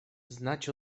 znać